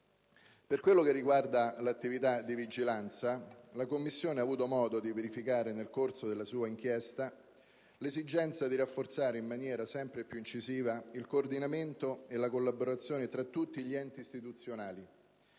Per quanto riguarda l'attività di vigilanza, la Commissione ha avuto modo di verificare nel corso della sua inchiesta l'esigenza di rafforzare, in maniera sempre più incisiva, il coordinamento e la collaborazione fra tutti gli enti istituzionali